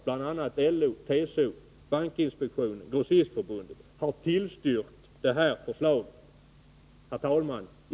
Bl. a. LO, TCO, Bankinspektionen och Grossistförbundet har tillstyrkt detta förslag. Herr talman!